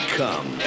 come